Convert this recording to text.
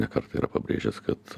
ne kartą yra pabrėžęs kad